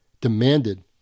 demanded